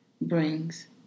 brings